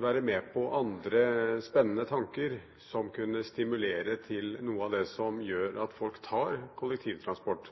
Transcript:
være med på andre spennende tanker som kunne stimulere til noe av det som gjør at folk tar kollektivtransport,